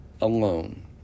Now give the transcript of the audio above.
alone